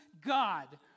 God